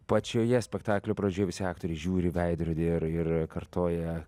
pačioje spektaklio pradžioje visi aktoriai žiūri į veidrodį ir ir kartoja